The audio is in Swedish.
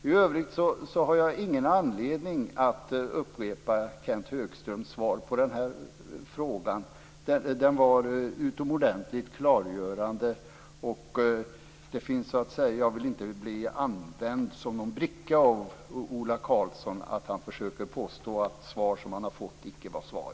I övrigt har jag ingen anledning att upprepa Kenth Högströms svar på den frågan, vilket var utomordentligt klargörande. Jag vill inte bli använd som en bricka av Ola Karlsson när han försöker påstå att svar som han har fått icke var svar.